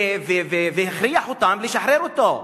והוא הכריח אותם לשחרר אותו.